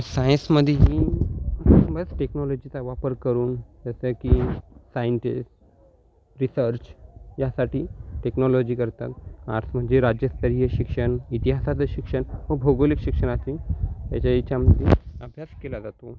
सायन्समध्येही बस टेक्नॉलॉजीचा वापर करून जसं की सायंटिस्ट रिसर्च यासाठी टेक्नॉलॉजी करतात आर्ट्स म्हणजे राज्यस्तरीय शिक्षण इतिहासाचं शिक्षण व भौगोलिक शिक्षणातून याच्या ह्याच्यामध्ये अभ्यास केला जातो